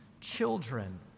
children